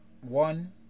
One